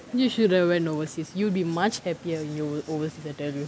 you should have went overseas you'd be much happier if you were overseas I tell you